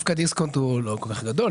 דווקא דיסקונט הוא לא כל כך גדול,